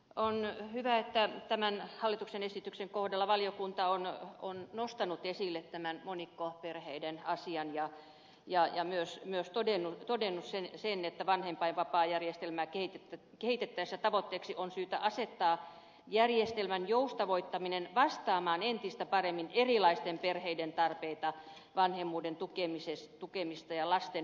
on hyvä että tämän hallituksen esityksen kohdalla valiokunta on nostanut esille tämän monikkoperheiden asian ja myös todennut sen että vanhempainvapaajärjestelmää kehitettäessä tavoitteeksi on syytä asettaa järjestelmän joustavoittaminen vastaamaan entistä paremmin erilaisten perheiden tarpeita vanhemmuuden tukemista ja lasten hyvinvointia